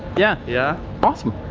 yeah yeah. awesome.